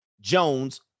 Jones